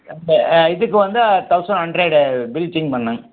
இதுக்கு வந்து thousand hundred bleaching பண்ண